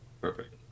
Perfect